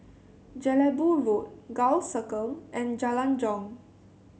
Jelebu Road Gul Circle and Jalan Jong